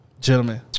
gentlemen